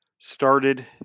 started